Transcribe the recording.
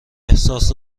احساس